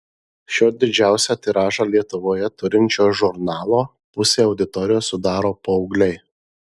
šio didžiausią tiražą lietuvoje turinčio žurnalo pusę auditorijos sudaro paaugliai